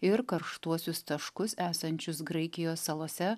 ir karštuosius taškus esančius graikijos salose